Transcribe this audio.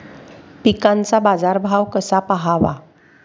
पिकांचा बाजार भाव कसा पहावा?